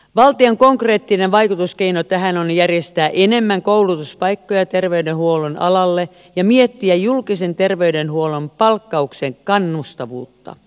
valtion konkreettinen vaikutuskeino tähän on järjestää enemmän koulutuspaikkoja terveydenhuollon alalle ja miettiä julkisen terveydenhuollon palkkauksen kannustavuutta